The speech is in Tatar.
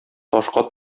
ташка